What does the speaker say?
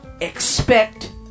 Expect